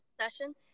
session